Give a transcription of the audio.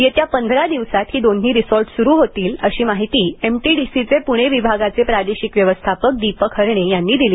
येत्या पंधरा दिवसांत हे दोन्ही रिसॉर्ट सुरू होतील अशी माहिती एमटीडीसीचे पुणे विभागाचे प्रादेशिक व्यवस्थापक दीपक हरणे यांनी दिली